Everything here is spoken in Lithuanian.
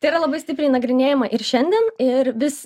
tai yra labai stipriai nagrinėjama ir šiandien ir vis